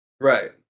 Right